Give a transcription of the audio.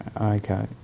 okay